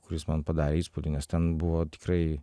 kuris man padarė įspūdį nes ten buvo tikrai